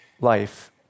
life